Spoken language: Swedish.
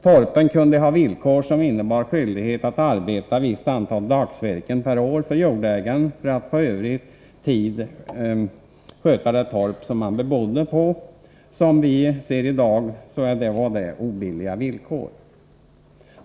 Torpen kunde ha villkor som innebar skyldighet för torparen att göra visst antal dagsverken per år för jordägaren för att på övrig tid sköta det torp han bebodde. Som vi ser det i dag, var det obilliga villkor.